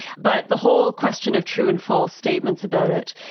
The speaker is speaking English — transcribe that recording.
but the whole question of true and false statements about it,